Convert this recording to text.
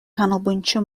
canolbwyntio